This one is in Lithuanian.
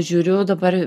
žiūriu dabar